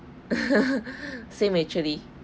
same actually